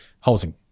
Housing